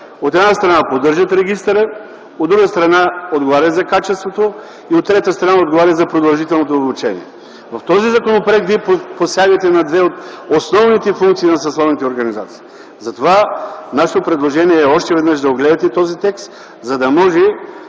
От една страна, поддържат регистъра, от друга страна, отговарят за качеството и, от трета страна, отговарят за продължителното обучение. В този законопроект вие посягате на две от основните функции на съсловните организации. Затова нашето предложение е още веднъж да огледате този текст, за да може